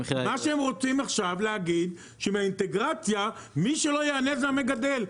מה שהם רוצים עכשיו להגיד שמהאינטגרציה מי שלא ייהנה זה המגדל.